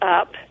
up